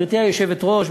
גברתי היושבת-ראש,